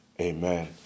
amen